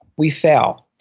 we fail.